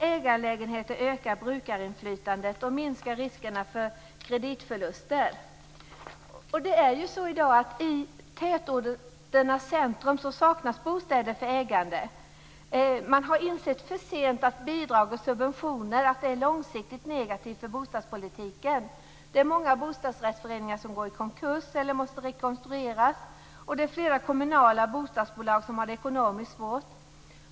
Ägarlägenheter ökar brukarinflytandet och minskar riskerna för kreditförluster. I tätorternas centrum saknas i dag bostäder för ägande. Man har insett för sent att bidrag och subventioner är långsiktigt negativt för bostadspolitiken. Det är många bostadsrättsföreningar som går i konkurs eller måste rekonstrueras. Flera kommunala bostadsbolag har det ekonomiskt svårt.